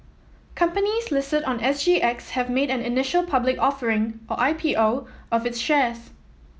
companies listed on S G X have made an initial public offering or I P O of its shares